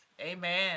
Amen